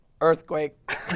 Earthquake